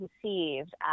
conceived